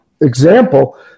example